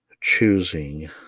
choosing